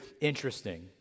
interesting